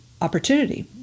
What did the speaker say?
opportunity